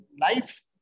life